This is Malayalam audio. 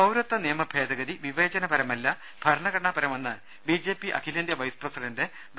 പൌരത്വ നിയമ ഭേദഗതി വിവേചനപരമല്ല ഭരണഘടനാപരമാണെന്ന് ബിജെപി അഖിലേന്ത്യാ വൈസ് പ്രസിഡന്റ് ഡോ